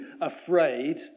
afraid